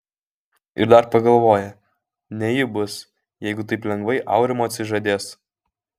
ir dar pagalvoja ne ji bus jeigu taip lengvai aurimo atsižadės